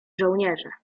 żołnierze